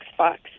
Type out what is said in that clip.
Xbox